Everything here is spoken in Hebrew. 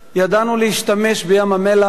ידענו להשתמש בים-המלח,